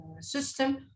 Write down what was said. system